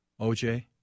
OJ